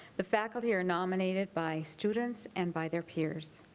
the faculty are nominated by students and by their peers.